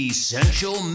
Essential